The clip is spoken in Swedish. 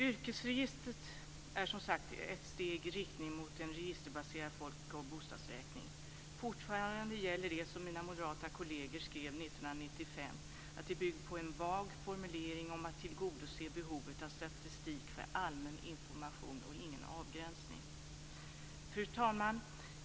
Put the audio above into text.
Yrkesregistret är, som sagt, ett steg i riktning mot en registerbaserad folk och bostadsräkning. Fortfarande gäller det som mina moderata kolleger skrev 1995, nämligen att det bygger på en vag formulering om att tillgodose behovet av statistik för allmän information och ingen avgränsning. Fru talman!